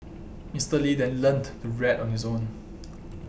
Mister Lee then learnt to read on his own